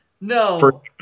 No